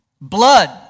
Blood